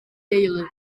deulu